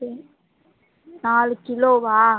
okay நாலு கிலோவா